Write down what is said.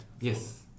Yes